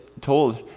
told